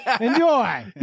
Enjoy